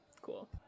cool